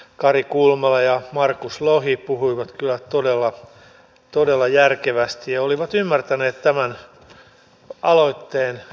kari kulmala ja markus lohi puhuivat kyllä todella järkevästi ja olivat ymmärtäneet tämän aloitteen ytimen selvästi